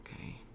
okay